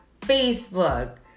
Facebook